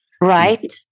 Right